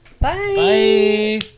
Bye